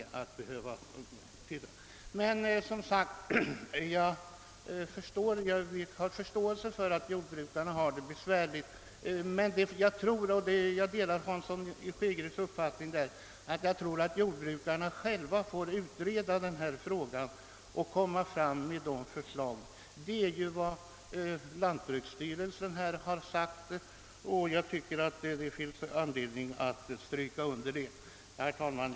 Jag har som sagt förståelse för jordbrukarnas besvärliga ställning, men jag delar den uppfattning herr Hansson i Skegrie har uttalat, att jordbrukarna själva bör utreda frågan och komma med förslag. Det är vad lantbruksstyrelsen har sagt, och jag tycker det finns anledning att understryka detta. Herr talman!